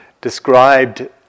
described